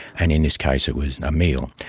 and in this case it was a meal.